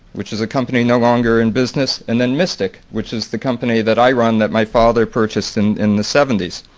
which is a company no longer in business. and then, mystic, which is the company that i run that my father purchased and in the seventy s.